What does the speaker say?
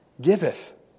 giveth